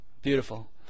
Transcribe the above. Beautiful